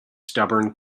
stubborn